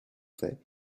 fait